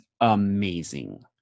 amazing